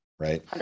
Right